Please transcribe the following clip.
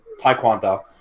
Taekwondo